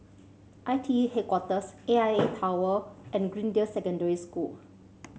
I T E Headquarters A I A Tower and Greendale Secondary School